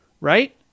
right